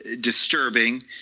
disturbing